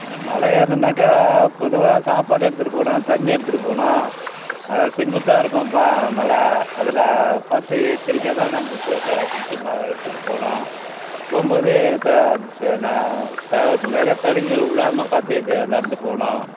மலை ஏறணும்னாக்கா பொதுவாக சாப்பாடு எடுத்துகிட்டு போகணும் தண்ணி எடுத்துகிட்டு போகணும் அதாவது செங்குத்தாக இருக்கும் ப மலை அதில் பார்த்து எச்சரிக்கையாக தான் நம்ப ப க பிடிச்ச மாதிரி எடுத்துகிட்டுப் போகணும் போகும்போது த தேவை நிறைய தடைகள் விழாம பார்த்துக்கிட்டு நடந்து போகணும்